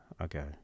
Okay